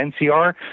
NCR